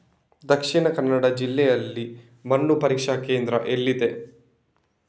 ದಕ್ಷಿಣ ಕನ್ನಡ ಜಿಲ್ಲೆಯಲ್ಲಿ ಮಣ್ಣು ಪರೀಕ್ಷಾ ಕೇಂದ್ರ ಎಲ್ಲಿದೆ?